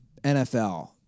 NFL